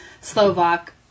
Slovak